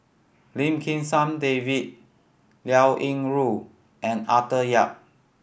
Lim Kim San David Liao Yingru and Arthur Yap